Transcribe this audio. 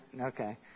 okay